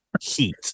heat